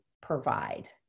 provide